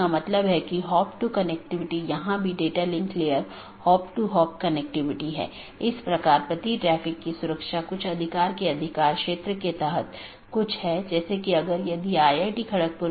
यह मूल रूप से ऑटॉनमस सिस्टमों के बीच सूचनाओं के आदान प्रदान की लूप मुक्त पद्धति प्रदान करने के लिए विकसित किया गया है इसलिए इसमें कोई भी लूप नहीं होना चाहिए